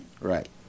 Right